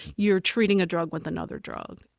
you're treating a drug with another drug.